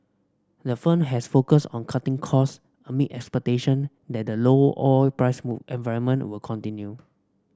the firm has focused on cutting cost amid expectation that the low oil price environment will continue